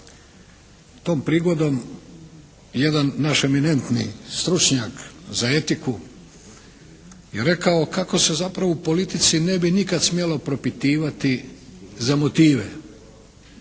Tom prigodom jedan naš eminentni stručnjak za etiku je rekao kako se zapravo u politici ne bi nikad smjelo propitivati za motive